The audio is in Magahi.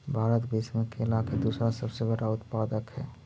भारत विश्व में केला के दूसरा सबसे बड़ा उत्पादक हई